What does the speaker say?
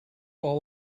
all